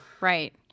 right